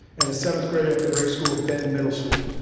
and a seventh grader at the great school of benton middle school.